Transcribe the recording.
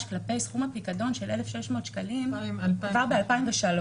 כלפי סכום הפיקדון של 1,600 שקלים כבר ב-2003,